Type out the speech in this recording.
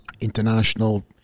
international